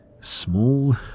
Small